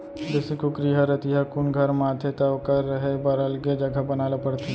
देसी कुकरी ह रतिहा कुन घर म आथे त ओकर रहें बर अलगे जघा बनाए ल परथे